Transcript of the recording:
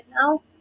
now